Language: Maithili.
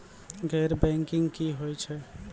गैर बैंकिंग की होय छै?